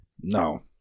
No